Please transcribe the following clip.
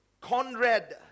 Conrad